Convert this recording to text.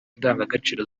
indangagaciro